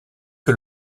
que